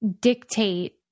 dictate